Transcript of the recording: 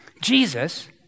Jesus